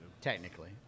Technically